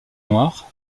noir